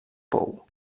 pou